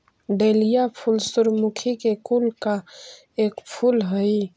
dahlia फूल सूर्यमुखी के कुल का एक फूल हई